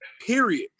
Period